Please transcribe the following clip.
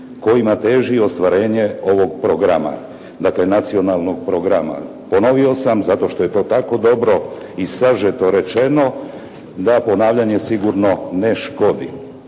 kojima teži ostvarenje ovog programa" dakle nacionalnog programa. Ponovio sam zato što je to tako dobro i sažeto rečeno da ponavljanje sigurno ne škodi.